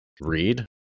read